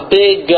big